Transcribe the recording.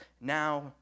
Now